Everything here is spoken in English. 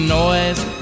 noise